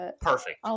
Perfect